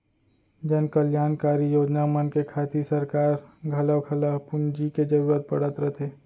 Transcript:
जनकल्यानकारी योजना मन के खातिर सरकार घलौक ल पूंजी के जरूरत पड़त रथे